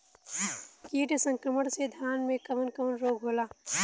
कीट संक्रमण से धान में कवन कवन रोग होला?